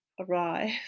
arrive